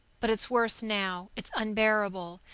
but it's worse now. it's unbearable.